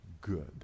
good